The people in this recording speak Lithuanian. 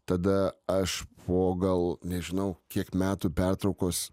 tada aš po gal nežinau kiek metų pertraukos